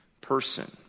person